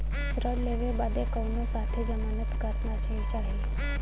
ऋण लेवे बदे कउनो साथे जमानत करता भी चहिए?